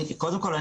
קודם כל,